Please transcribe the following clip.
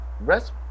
rest